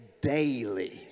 daily